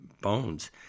bones